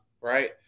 right